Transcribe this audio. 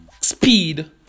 Speed